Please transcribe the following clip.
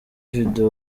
video